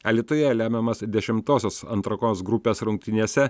alytuje lemiamas dešimtosios atrankos grupės rungtynėse